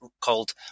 called